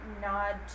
nod